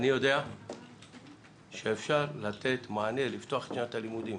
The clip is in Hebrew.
אני יודע שאפשר לתת מענה לפתוח את שנת הלימודים.